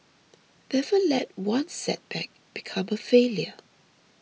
never let one setback become a failure